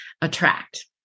attract